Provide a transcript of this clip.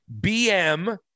BM